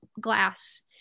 glass